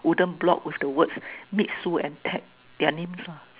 wooden block with the words meet soon and tag their names lah